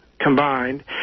combined